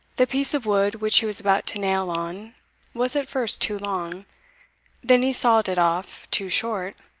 the piece of wood which he was about to nail on was at first too long then he sawed it off too short,